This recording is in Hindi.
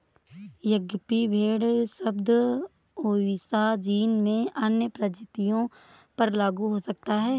यद्यपि भेड़ शब्द ओविसा जीन में अन्य प्रजातियों पर लागू हो सकता है